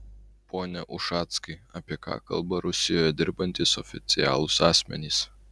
pone ušackai apie ką kalba rusijoje dirbantys oficialūs asmenys